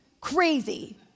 Crazy